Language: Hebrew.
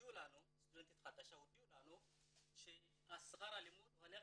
הודיעו לנו ששכר הלימוד הולך